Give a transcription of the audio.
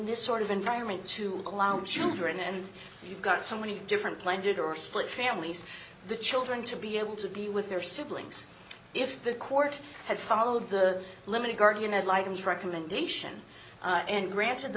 this sort of environment to allow children and you've got so many different planted or split families the children to be able to be with their siblings if the court had followed the limited guardian ad litum truculent nation and granted the